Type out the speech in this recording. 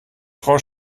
frau